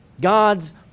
God's